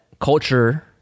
culture